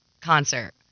concert